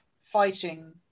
fighting